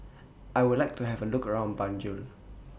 I Would like to Have A Look around Banjul